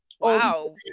Wow